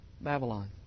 Babylon